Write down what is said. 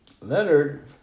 leonard